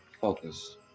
focus